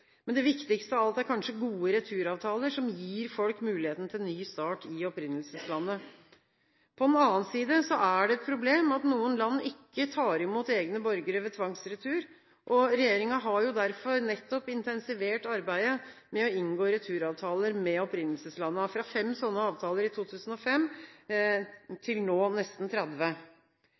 Men det viktigste av alt er kanskje gode returavtaler, som gir folk muligheten til en ny start i opprinnelseslandet. På den annen side er det et problem at noen land ikke tar imot egne borgere ved tvangsretur. Regjeringen har nettopp derfor intensivert arbeidet med å inngå returavtaler med opprinnelseslandene. Fra 5 slike avtaler i 2005 har vi nå nesten 30.